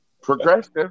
progressive